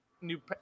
new –